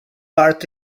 art